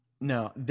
no